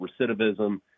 recidivism